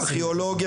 ארכיאולוגיה,